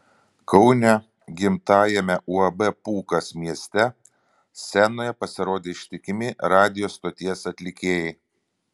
kaune gimtajame uab pūkas mieste scenoje pasirodė ištikimi radijo stoties atlikėjai